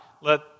Let